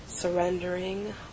Surrendering